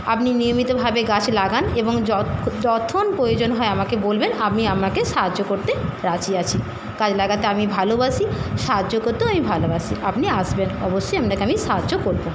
আপনি নিয়মিতভাবে গাছ লাগান এবং যখন প্রয়োজন হয় আমাকে বলবেন আমি আপনাকে সাহায্য করতে রাজি আছি গাছ লাগাতে আমি ভালোবাসি সাহায্য করতেও আমি ভালোবাসি আপনি আসবেন অবশ্যই আপনাকে আমি সাহায্য করব